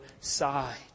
side